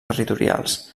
territorials